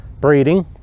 breeding